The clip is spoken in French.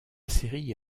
série